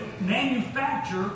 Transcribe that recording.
manufacture